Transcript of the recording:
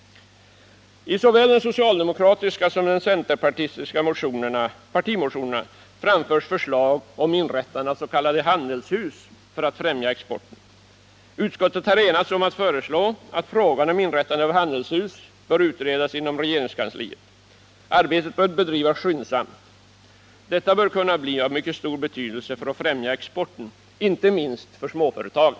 I såväl den socialdemokratiska som den centerpartistiska partimotionen framförs förslag om inrättande av s.k. handelshus för att främja exporten. Utskottet har enats om att föreslå att frågan om inrättande av handelshus bör utredas inom regeringskansliet. Arbetet bör bedrivas skyndsamt. Detta bör kunna bli av mycket stor betydelse för att främja exporten, inte minst för småföretagen.